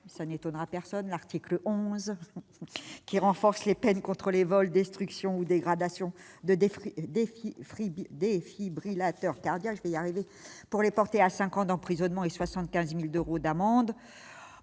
cela n'étonnera personne !-, l'article 11 qui renforce les peines contre les vols, destructions ou dégradations de défibrillateurs cardiaques pour les porter à cinq ans d'emprisonnement et 75 000 euros d'amende